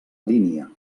línia